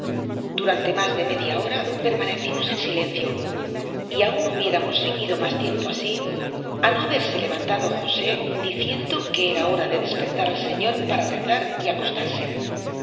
durante más de media hora permanecimos en silencio y aún hubiéramos seguido más tiempo así a no haberse levantado josé diciendo que era hora de despertar al señor para rezar y acostarse